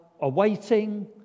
awaiting